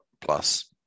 plus